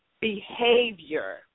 behavior